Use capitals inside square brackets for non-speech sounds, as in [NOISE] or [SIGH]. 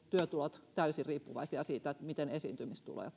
työtulot täysin riippuvaisia siitä miten esiintymistuloja [UNINTELLIGIBLE]